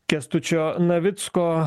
kęstučio navicko